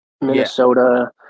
Minnesota